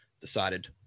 decided